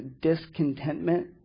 discontentment